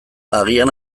agian